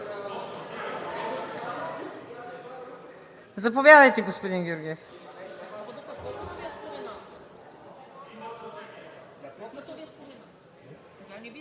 Заповядайте, господин Георгиев.